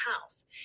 house